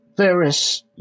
Various